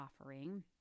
offering